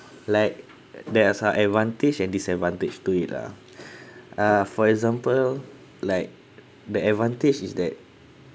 like there's a advantage and disadvantage to it lah uh for example like the advantage is that